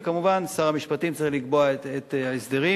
וכמובן שר המשפטים צריך לקבוע את ההסדרים.